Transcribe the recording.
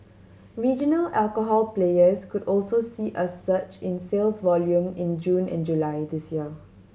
regional alcohol players could also see a surge in sales volume in June and July this year